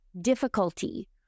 difficulty